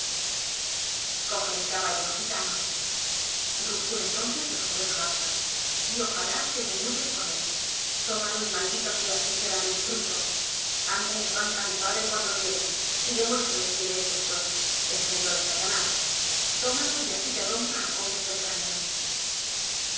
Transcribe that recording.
coge mi caballo gitano rugió entonces el joven earnshaw y ojalá te desnuques con él tómalo y maldito seas miserable intruso anda y arranca a mi padre cuanto tiene y demuéstrale quién eres después engendro de satanás tómalo y así te rompa a coces el cráneo